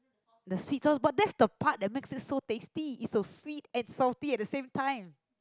the sweet sauce but that's the part that makes it so tasty it's so sweet and salty at the same time